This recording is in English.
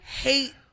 hate